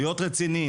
להיות רציניים,